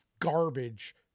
garbage